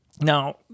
Now